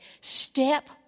Step